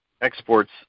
exports